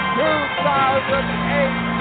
2008